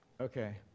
Okay